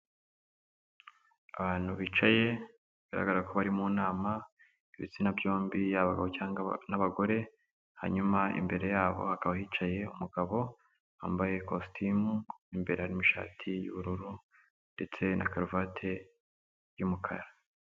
Abantu bicaye bigaragara ko bari mu nama; ni ibitsina byombi yaba abagabo n'abagore; hanyuma imbere yabo hakaba hicaye umugabo wambaye kositimu; imbere harimo ishati y'ubururu ndetse na karuvati y'umukara.